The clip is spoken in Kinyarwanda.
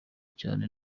cyane